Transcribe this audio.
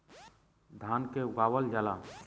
धान के उगावल जाला